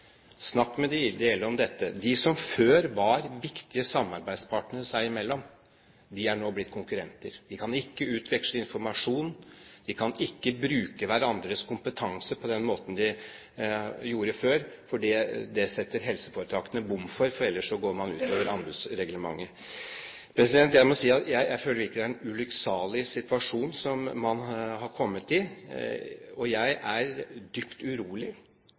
snakk med de ideelle om dette. De som før var viktige samarbeidspartnere seg imellom, er nå blitt konkurrenter. De kan ikke utveksle informasjon, og de kan ikke bruke hverandres kompetanse på den måten de gjorde før. Det setter helseforetakene bom for – ellers går man utover anbudsreglementet. Jeg må si at jeg føler virkelig at det er en ulykksalig situasjon som man har kommet opp i. Jeg er dypt urolig